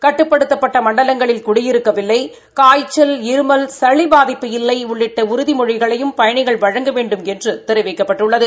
கட்டுப்படுத்தப்பட்ட மண்டலங்களில் குடியிருக்கவில்லை காய்ச்சல் இருமல் சளி பாதிப்பு இல்லை உள்ளிட்ட உறுதிமொழிகளையும் பயணிகள் வழங்க வேண்டுமென்று தெரிவிக்கப்பட்டுள்ளது